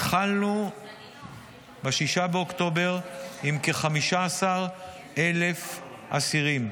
התחלנו ב-6 באוקטובר עם כ-15,000 אסירים,